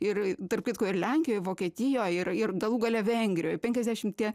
ir tarp kitko ir lenkijoj vokietijoj ir ir galų gale vengrijoj penkiasdešimti